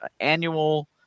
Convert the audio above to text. annual